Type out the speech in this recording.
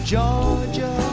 Georgia